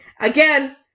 Again